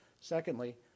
Secondly